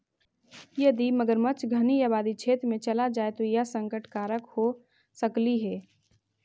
यदि मगरमच्छ घनी आबादी क्षेत्र में चला जाए तो यह संकट कारक हो सकलई हे